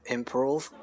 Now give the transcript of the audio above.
Improve